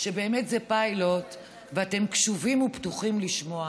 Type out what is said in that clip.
שבאמת זה פיילוט ואתם קשובים ופתוחים לשמוע,